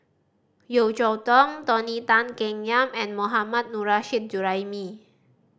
Yeo Cheow Tong Tony Tan Keng Yam and Mohammad Nurrasyid Juraimi